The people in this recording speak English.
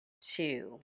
two